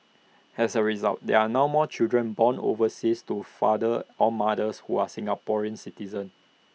as A result there are now more children born overseas to fathers or mothers who are Singaporean citizens